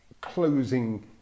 closing